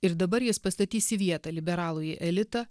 ir dabar jis pastatys į vietą liberalųjį elitą